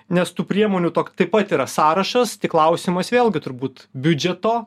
nes tų priemonių tok taip pat yra sąrašas tik klausimas vėlgi turbūt biudžeto